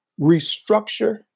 restructure